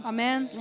Amen